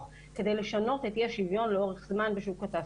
כדי לשנות את אי השוויון לאורך זמן בשוק התעסוקה.